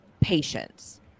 patients